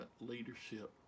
leadership